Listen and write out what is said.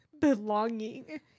belonging